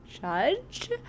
judge